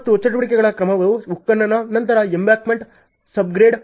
ಮತ್ತು ಚಟುವಟಿಕೆಗಳ ಕ್ರಮವು ಉತ್ಖನನ ನಂತರ ಎಂಬಾಂಕ್ಮೆಂಟ್ ಸಬ್ಗ್ರೇಡ್